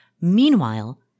Meanwhile